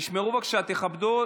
תשמרו, בבקשה, תכבדו